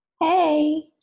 hey